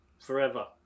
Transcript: forever